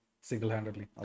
single-handedly